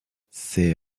ces